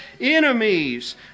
enemies